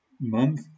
month